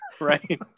right